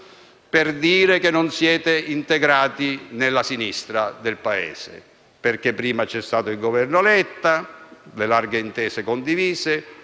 per dire che non siete integrati nella sinistra del Paese. Prima c'è stato il Governo Monti con le larghe intese condivise;